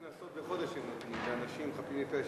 קנסות בחודש שהם נותנים לאנשים חפים מפשע,